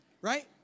Right